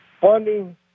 funding